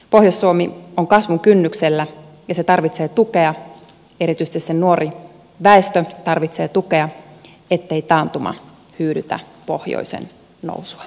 pohjois suomi on kasvun kynnyksellä ja se tarvitsee tukea erityisesti sen nuori väestö tarvitsee tukea ettei taantuma hyydytä pohjoisen nousua